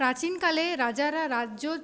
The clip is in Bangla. প্রাচীনকালে রাজারা রাজ্য